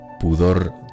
pudor